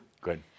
Good